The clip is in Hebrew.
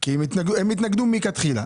כי הם התנגדו מלכתחילה.